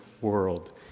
world